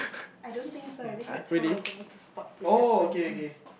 I don't think so I think that's how we're supposed to spot the differences